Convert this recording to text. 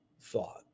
thought